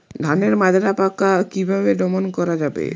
ধানের মাজরা পোকা কি ভাবে দমন করা যাবে?